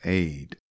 aid